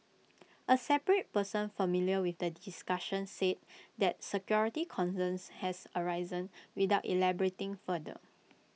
A separate person familiar with the discussions said that security concerns has arisen without elaborating further